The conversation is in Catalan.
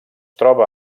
troba